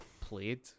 played